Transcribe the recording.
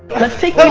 let's take like